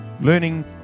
Learning